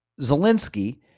Zelensky